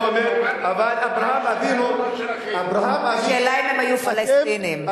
קוראים להם העם הפלסטיני.